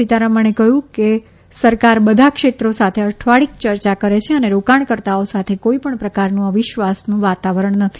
સીતારમણે કહ્યું કે સરકાર બધા ક્ષેત્રો સાથે અઠવાડિક ચર્ચા કરે છે અને રોકાણકર્તાઓ સાથે કોઇપણ પ્રકારનું અવિશ્વાસનું વાતાવરણ નથી